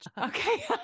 Okay